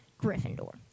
Gryffindor